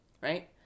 right